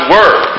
Word